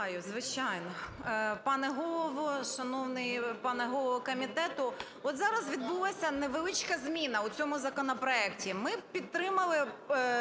звичайно. Пане Голово, шановний пане голово комітету! От зараз відбулася невеличка зміна в цьому законопроекті: ми підтримали